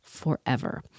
forever